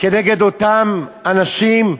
כנגד אותם אנשים.